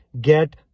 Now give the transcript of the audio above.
get